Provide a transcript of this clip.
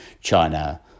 China